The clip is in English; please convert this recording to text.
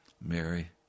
Mary